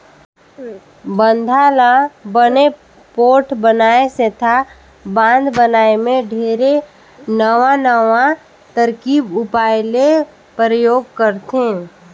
बांधा ल बने पोठ बनाए सेंथा बांध बनाए मे ढेरे नवां नवां तरकीब उपाय ले परयोग करथे